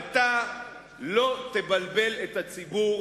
אתה לא תבלבל את הציבור,